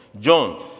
John